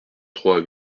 trois